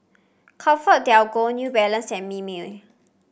ComfortDelGro New Balance and Mimeo